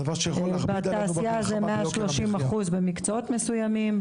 דבר שיכול להכביד עלינו במלחמה ביוקר המחייה.